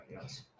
yes